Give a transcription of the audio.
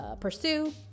pursue